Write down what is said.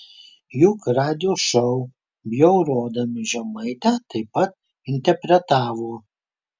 juk radijo šou bjaurodami žemaitę taip pat interpretavo